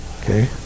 Okay